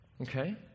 Okay